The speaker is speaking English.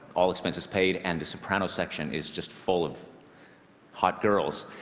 all expenses paid. and the soprano section is just full of hot girls.